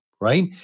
Right